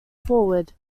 forward